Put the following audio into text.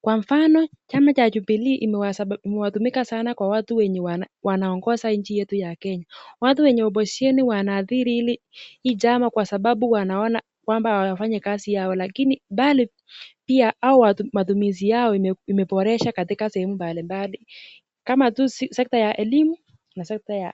Kwa mfano, chama cha Jubilee imewatumika sanaa kwa watu wenye wanaongoza nchi yetu ya Kenya. Watu wenye opposition wanaadhiri hii chama kwa sababu wanaona kwamba wanafanya kazi yao. Lakini mbali pia hao matumizi yao imeboresha katika sehemu mbali mbali. Kama tu sector ya elimu na sector